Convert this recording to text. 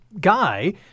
guy